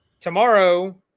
Tomorrow